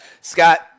Scott